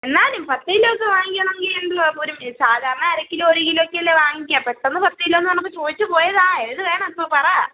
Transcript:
എന്നാലും പത്ത് കിലോ ഒക്കെ വാങ്ങിക്കണമെങ്കിൽ എന്തുവാണ് പോലും സാധാരണ അര കിലോ ഒരു കിലോ ഒക്കെ അല്ലേ വാങ്ങിക്കുക പെട്ടെന്ന് പത്ത് കിലോ എന്ന് പറഞ്ഞപ്പം ചോദിച്ച് പോയതാണ് ഏത് വേണം ഇപ്പം പറ